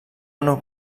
una